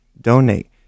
donate